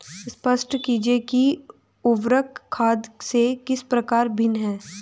स्पष्ट कीजिए कि उर्वरक खाद से किस प्रकार भिन्न है?